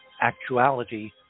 actuality